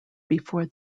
before